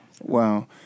Wow